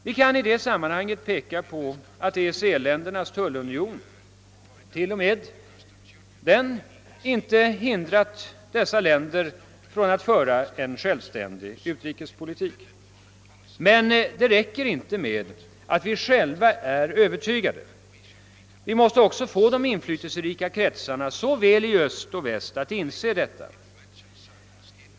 Vi kan i det sammanhanget peka på att EEC-ländernas tullunion ingalunda hindrat dessa länder från att föra en självständig utrikespolitik. Men det räcker inte med att vi själva är övertygade. Vi måste också få de inflytelserika kretsarna i såväl öst som väst att inse detta.